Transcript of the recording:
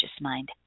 mind